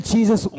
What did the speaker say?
Jesus